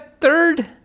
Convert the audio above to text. third